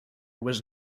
was